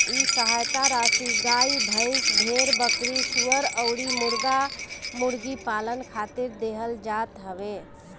इ सहायता राशी गाई, भईस, भेड़, बकरी, सूअर अउरी मुर्गा मुर्गी पालन खातिर देहल जात हवे